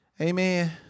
Amen